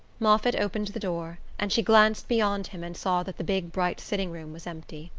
moffatt opened the door, and she glanced beyond him and saw that the big bright sitting-room was empty.